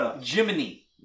Jiminy